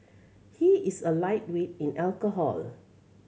he is a lightweight in alcohol